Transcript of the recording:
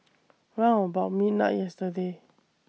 round about midnight yesterday